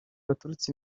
baturuka